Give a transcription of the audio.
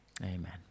Amen